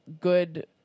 good